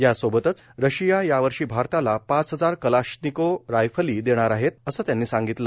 यासोबतच रशिया यावर्षी भारताला पाच हजार कलाश्निकोव्ह राइफली देणार आहे असं त्यांनी सांगितलं